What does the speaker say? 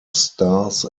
stars